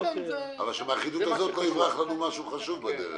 אבל שמהאחידות הזאת לא יברח לנו משהו חשוב בדרך.